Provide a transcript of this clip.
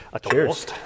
Cheers